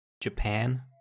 Japan